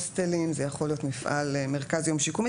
הוסטלים, זה יכול להיות מרכז יום שיקומי.